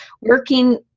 working